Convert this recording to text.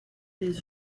des